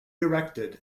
erected